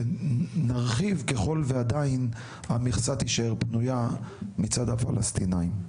שנרחיב ככל ועדיין המכסה תישאר פנויה מצד הפלסטינאים.